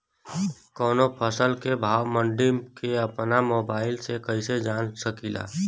कवनो फसल के भाव मंडी के अपना मोबाइल से कइसे जान सकीला?